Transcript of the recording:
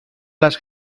las